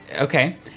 Okay